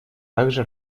также